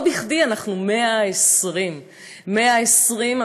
לא בכדי אנחנו 120. 120,